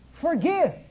Forgive